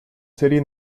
serie